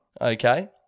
okay